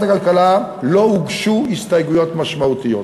הכלכלה לא הוגשו הסתייגויות משמעותיות.